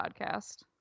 podcast